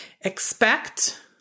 Expect